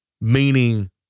meaning